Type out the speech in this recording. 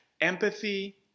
empathy